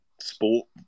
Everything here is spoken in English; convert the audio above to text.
sport